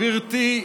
גברתי,